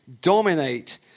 dominate